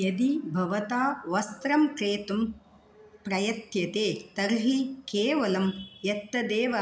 यदि भवता वस्त्रं क्रेतुं प्रयत्यते तर्हि केवलं यत्तदेव